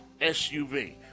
SUV